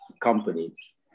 companies